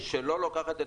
אני מדבר על הכללית.